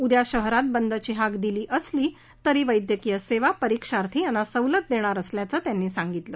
उद्या शहरात बंदची हाक दिली असली तरी वैद्यकिय सेवा परिक्षार्थी यांना सवलत देणार असल्याचं त्यांनी सांगितलं